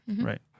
Right